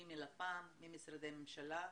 מלפ"מ, ממשרדי הממשלה,